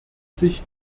sich